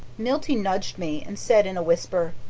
milty nudged me and said in a whisper,